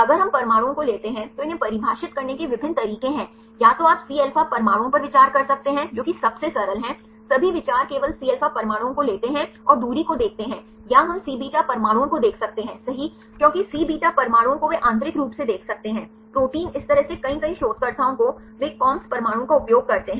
अगर हम परमाणुओं को लेते हैं तो इन्हें परिभाषित करने के विभिन्न तरीके हैं या तो आप Cα परमाणुओं पर विचार कर सकते हैं जो कि सबसे सरल है सभी विचार केवल Cα परमाणुओं को लेते हैं और दूरी को देखते हैं या हम Cβ परमाणुओं को देख सकते हैं सही क्योंकि Cβ परमाणुओं को वे आंतरिक रूप से देख सकते हैं प्रोटीन इस तरह से कई कई शोधकर्ताओं को वे Coms परमाणुओं का उपयोग करते हैं